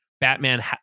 Batman